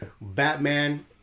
Batman